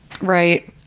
Right